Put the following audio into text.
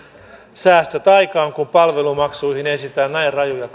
säästöjä aikaan kun palvelumaksuihin esitetään näin rajuja